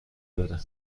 بره